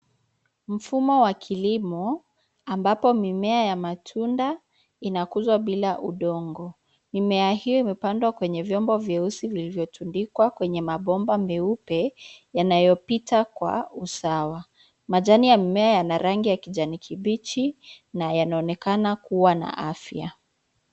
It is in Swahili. Mfumo wa kilimo, ambapo mimea ya matunda inakuzwa bila udongo. Mimea hiyo imepandwa kwenye vyombo vyeusi vilivyotundikwa kwenye mabomba meupe yanayopita kwa usawa. Majani ya mimea yana rangi ya kijani kbichi na yanaonekana kuwa na afya.